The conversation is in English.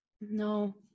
No